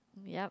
yup